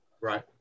Right